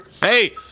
Hey